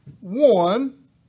one